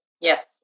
Yes